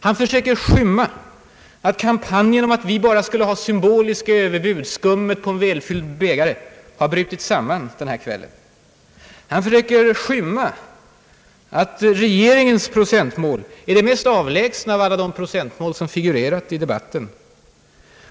Han försöker skymma att kampanjen att vi bara skulle ha ett symboliskt överbud, skummet på en välfylld bägare, har brutit samman denna kväll. Han försöker skymma att regeringens procentmål är det mest avlägsna av alla de procentmål som figurerat i debatten.